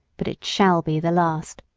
but it shall be the last.